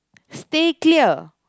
stay clear